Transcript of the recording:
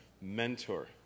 Mentor